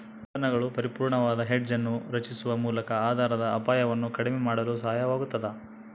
ಉತ್ಪನ್ನಗಳು ಪರಿಪೂರ್ಣವಾದ ಹೆಡ್ಜ್ ಅನ್ನು ರಚಿಸುವ ಮೂಲಕ ಆಧಾರದ ಅಪಾಯವನ್ನು ಕಡಿಮೆ ಮಾಡಲು ಸಹಾಯವಾಗತದ